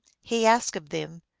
he asked of them,